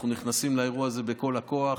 אנחנו נכנסים לאירוע הזה בכל הכוח,